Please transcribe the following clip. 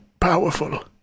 powerful